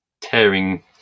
tearing